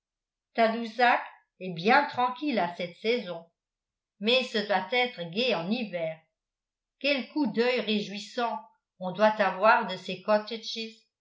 tadoussac est bien tranquille à cette saison mais ce doit être gai en hiver quel coup d'œil réjouissant on doit avoir de ces